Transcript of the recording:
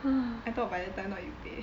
I thought by that time not you pay